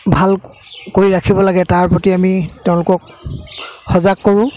ভাল কৰি ৰাখিব লাগে তাৰ প্ৰতি আমি তেওঁলোকক সজাগ কৰোঁ